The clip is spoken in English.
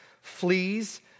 fleas